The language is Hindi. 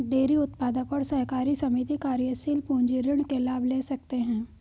डेरी उत्पादक और सहकारी समिति कार्यशील पूंजी ऋण के लाभ ले सकते है